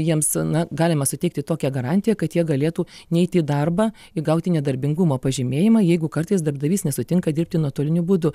jiems na galima suteikti tokią garantiją kad jie galėtų neiti į darbą ir gauti nedarbingumo pažymėjimą jeigu kartais darbdavys nesutinka dirbti nuotoliniu būdu